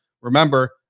remember